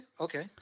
okay